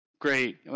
great